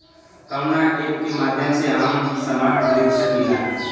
कवना ऐपके माध्यम से हम समान खरीद सकीला?